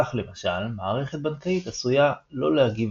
כך למשל מערכת בנקאית עשויה לא להגיב